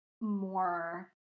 more